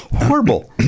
horrible